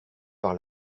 par